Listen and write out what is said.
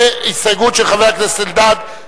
והסתייגות של חבר הכנסת אלדד,